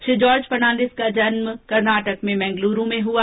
श्री जार्ज फर्नांडिस का जन्म कर्नाटक में मंगलूरु में हुआ